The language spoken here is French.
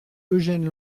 eugène